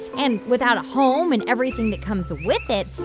and without a home and everything that comes with it,